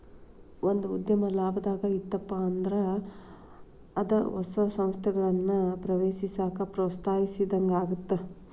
ಒಂದ ಉದ್ಯಮ ಲಾಭದಾಗ್ ಇತ್ತಪ ಅಂದ್ರ ಅದ ಹೊಸ ಸಂಸ್ಥೆಗಳನ್ನ ಪ್ರವೇಶಿಸಾಕ ಪ್ರೋತ್ಸಾಹಿಸಿದಂಗಾಗತ್ತ